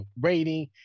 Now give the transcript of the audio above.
rating